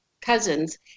cousins